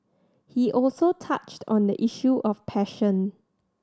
he also touched on the issue of passion